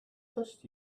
touched